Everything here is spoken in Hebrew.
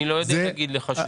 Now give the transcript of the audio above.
אני לא יודע להגיד לך.